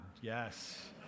yes